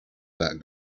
that